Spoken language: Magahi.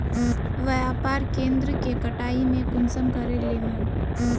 व्यापार केन्द्र के कटाई में कुंसम करे लेमु?